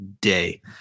day